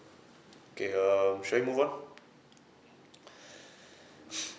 okay err shall we move on